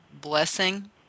blessing